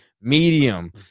medium